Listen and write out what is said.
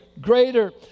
greater